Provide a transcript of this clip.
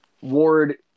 Ward